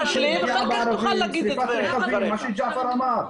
--- מה שג'עפר אמר.